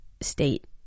state